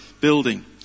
building